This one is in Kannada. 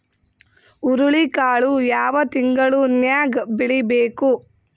ಹುರುಳಿಕಾಳು ಯಾವ ತಿಂಗಳು ನ್ಯಾಗ್ ಬೆಳಿಬೇಕು?